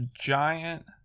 giant